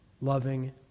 loving